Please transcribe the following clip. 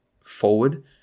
forward